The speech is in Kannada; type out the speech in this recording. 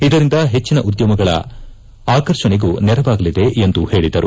ಇದರಿಂದ ಹೆಚ್ಚಿನ ಉದ್ದಮಗಳ ಆಕರ್ಷಣೆಗೂ ನೆರವಾಗಲಿದೆ ಎಂದು ಹೇಳಿದರು